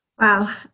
Wow